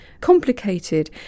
complicated